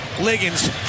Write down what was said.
Liggins